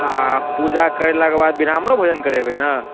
आ पूजा करेला के बाद ब्राह्मणो भोजन करेबै ने